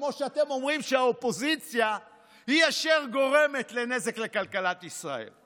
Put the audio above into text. כמו שאתם אומרים שהאופוזיציה היא אשר גורמת לנזק לכלכלת ישראל,